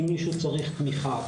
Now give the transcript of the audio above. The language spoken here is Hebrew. אם מישהו צריך תמיכה,